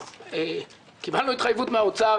קיבלנו התחייבות מהאוצר,